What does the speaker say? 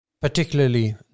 particularly